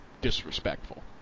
disrespectful